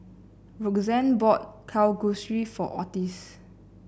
Roxanne bought Kalguksu for Ottis